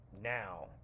now